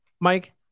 Mike